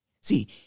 See